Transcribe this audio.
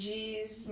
Jeez